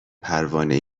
پروانه